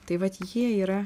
tai vat jie yra